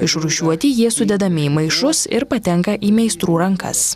išrūšiuoti jie sudedami į maišus ir patenka į meistrų rankas